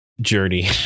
journey